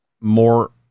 more